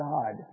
God